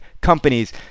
companies